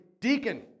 deacon